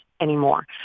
anymore